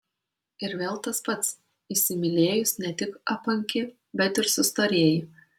ir vėl tas pats įsimylėjus ne tik apanki bet ir sustorėji